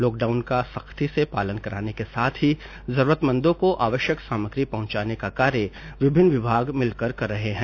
lockdown का सख्ती से पालन कराने के साथ ही जरूरतमंदों को आवश्यक सामग्री पहुंचाने का कार्य विभिन्न विभाग मिलकर कर रहे है